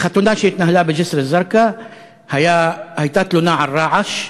בחתונה בג'סר-א-זרקא הייתה תלונה על רעש.